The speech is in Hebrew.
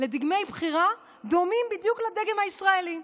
לדגמי בחירה דומים בדיוק לדגם הישראלי,